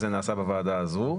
זה נעשה בוועדה הזו.